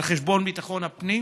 על חשבון ביטחון הפנים?